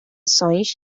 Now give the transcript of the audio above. ações